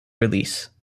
release